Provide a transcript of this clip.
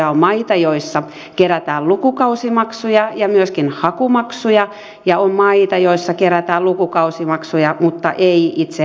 on maita joissa kerätään lukukausimaksuja ja myöskin hakumaksuja ja on maita joissa kerätään lukukausimaksuja mutta ei itse hakumaksuja